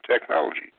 technology